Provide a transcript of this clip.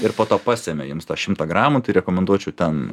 ir po to pasemia jiems tą šimtą gramų tai rekomenduočiau ten